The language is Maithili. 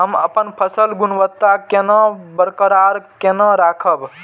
हम अपन फसल गुणवत्ता केना बरकरार केना राखब?